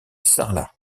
sarlat